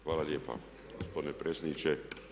Hvala lijepa gospodine predsjedniče.